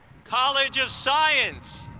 college of science